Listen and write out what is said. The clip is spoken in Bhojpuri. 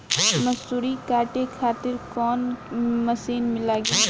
मसूरी काटे खातिर कोवन मसिन लागी?